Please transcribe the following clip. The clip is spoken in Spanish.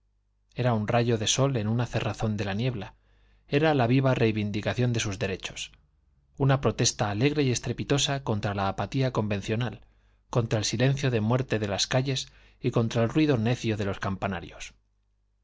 era un rayo de sol en una cerrazón de la niebla era la viva reivindicación de sus derechos una protesta alegre y estrepitosa contra la apatía convencional contra el silencio de muerte de las calles y contra el ruido necio de los campanarios